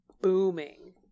booming